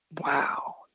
Wow